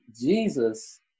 Jesus